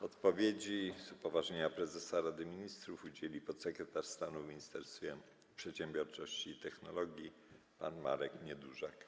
Odpowiedzi z upoważnienia prezesa Rady Ministrów udzieli podsekretarz stanu w Ministerstwie Przedsiębiorczości i Technologii pan Marek Niedużak.